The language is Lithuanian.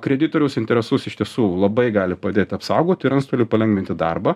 kreditoriaus interesus iš tiesų labai gali padėt apsaugot ir antstoliui palengvinti darbą